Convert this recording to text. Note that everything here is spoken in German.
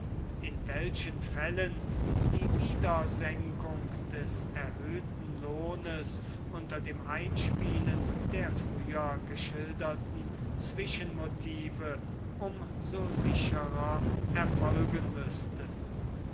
in welchen fällen die wiedersenkung des erhöhten lohnes unter dem einspielen der früher geschilderten zwischenmotive um so sicherer erfolgen müßte